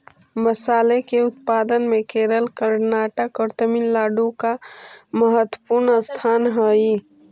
मसाले के उत्पादन में केरल कर्नाटक और तमिलनाडु का महत्वपूर्ण स्थान हई